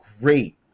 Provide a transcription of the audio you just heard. great